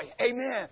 amen